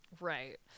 Right